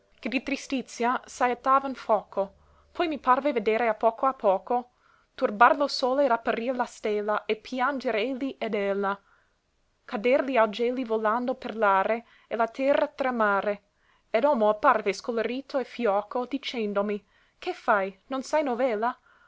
che di tristizia saettavan foco poi mi parve vedere a poco a poco turbar lo sole ed apparir la stella e pianger elli ed ella cader li augelli volando per l're e la terra tremare ed omo apparve scolorito e fioco dicendomi che fai non sai novella